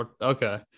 Okay